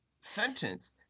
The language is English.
sentence